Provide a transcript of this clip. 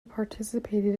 participated